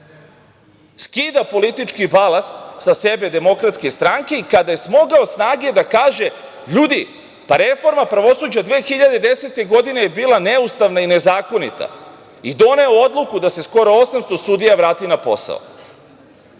skida politički balast sa sebe DS-a i kada je smogao snage da kaže – ljudi, pa reforma pravosuđa 2010. godine je bila neustavna i nezakonita i doneo odluku da se skoro 800 sudija vrati na posao.